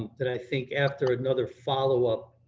that i think after another follow up